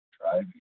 driving